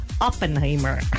Oppenheimer